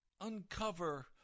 uncover